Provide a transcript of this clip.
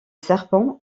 serpent